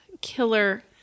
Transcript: Killer